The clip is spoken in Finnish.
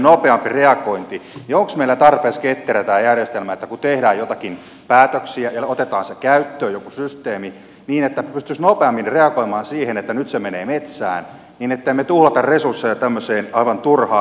onko meillä tarpeeksi ketterä tämä järjestelmä että kun tehdään joitakin päätöksiä ja otetaan se käyttöön joku systeemi pystyttäisiin nopeammin reagoimaan siihen että nyt se menee metsään niin että emme tuhlaa resursseja tämmöiseen aivan turhaan